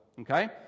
okay